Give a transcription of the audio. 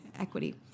equity